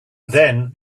then